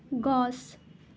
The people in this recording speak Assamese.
গছ